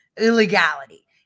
illegality